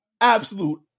absolute